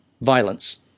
violence